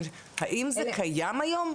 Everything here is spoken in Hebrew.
האם זה קיים היום?